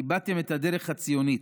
איבדתם את הדרך הציונית.